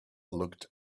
looked